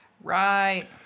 Right